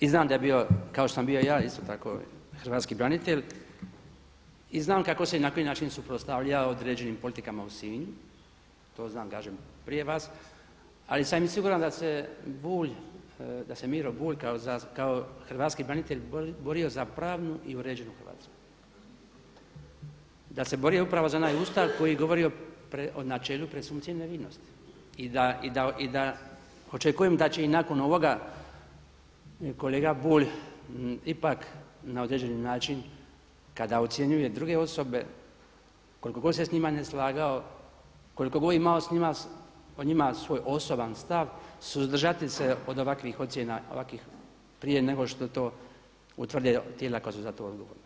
I znam da je bio kao što sam bio ja isto tako hrvatski branitelj, i znam kako se i na koji način suprotstavljao određenim politikama u Sinju, to znam kažem prije vas ali sam i siguran da se Miro Bulj kao hrvatski branitelj borio za pravnu i uređenu Hrvatsku, da se borio upravo za onaj Ustav koji govori o načelu presumpcije nevinosti i da očekujem da će i nakon ovoga kolega Bulj ipak na određeni način kada ocjenjuje druge osobe koliko god se s njima neslagao, koliko god imao o njima svoj osoban stav suzdržati se od ovakvih ocjena prije nego što to utvrde tijela koja su za to odgovorna.